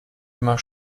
immer